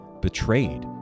betrayed